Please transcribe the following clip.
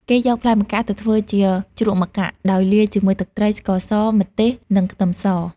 គេយកផ្លែម្កាក់ទៅធ្វើជា ជ្រក់ម្កាក់ ដោយលាយជាមួយទឹកត្រី ស្ករស ម្ទេស និងខ្ទឹមស។